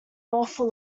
awful